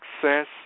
success